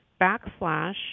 backslash